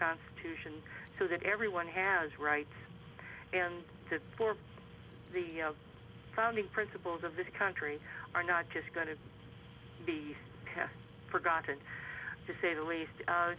constitution so that everyone has rights and to for the founding principles of this country are not just going to be forgotten to say the least